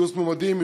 גיוס מועמדים,